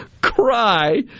cry